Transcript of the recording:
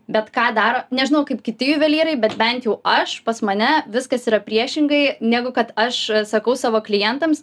bet ką daro nežinau kaip kiti juvelyrai bet bent jau aš pas mane viskas yra priešingai negu kad aš sakau savo klientams